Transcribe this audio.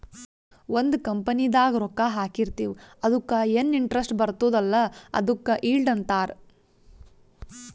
ಒಂದ್ ಕಂಪನಿದಾಗ್ ರೊಕ್ಕಾ ಹಾಕಿರ್ತಿವ್ ಅದುಕ್ಕ ಎನ್ ಇಂಟ್ರೆಸ್ಟ್ ಬರ್ತುದ್ ಅಲ್ಲಾ ಅದುಕ್ ಈಲ್ಡ್ ಅಂತಾರ್